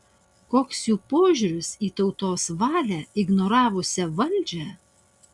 koks jų požiūris į tautos valią ignoravusią valdžią